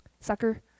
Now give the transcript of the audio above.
Sucker